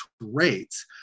rates